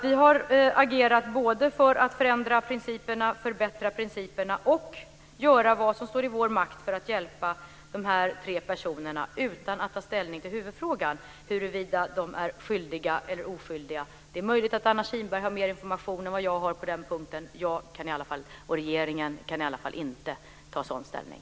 Vi har agerat både för att förändra och förbättra principerna och göra vad som står i vår makt för att hjälpa de här tre personerna utan att ta ställning till huvudfrågan, dvs. huruvida de är skyldiga eller oskyldiga. Det är möjligt att Anna Kinberg har mer information än vad jag har på den punkten, men jag och regeringen kan i alla fall inte ta sådan ställning.